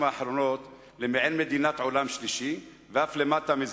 האחרונות למעין מדינת עולם שלישי ואף למטה מזה,